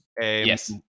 Yes